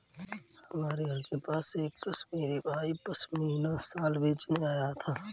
हमारे घर के पास एक कश्मीरी भाई पश्मीना शाल बेचने आया था